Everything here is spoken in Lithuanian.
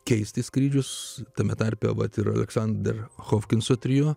keisti skrydžius tame tarpe vat ir aleksander hopkinso trio